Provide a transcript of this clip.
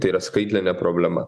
tai yra skaitlinė ne problema